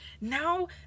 Now